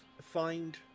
Find